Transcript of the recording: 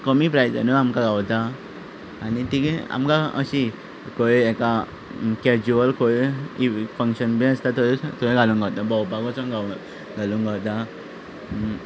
कमी प्रायसेनूय आमकां गावता आनी आमकां अशी खंय हाका केज्यूअल फंक्शन बी आसता थंय थंय घालून गावता भोंवपाक पसून घालूंक गावता